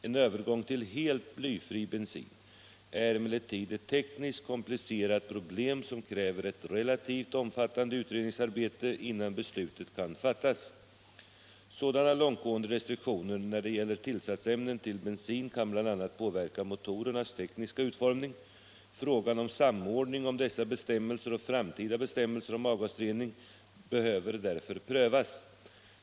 En övergång till helt blyfri bensin är emellertid ett tekniskt komplicerat problem som kräver ett relativt omfattande utredningsarbete innan beslut kan fattas. Sådana långtgående restriktioner när det gäller tillsatsämnen till bensin kan bl.a. påverka motorernas tekniska utformning. Frågan om samordning av dessa bestämmelser och framtida bestämmelser om avgasrening behöver därför prövas.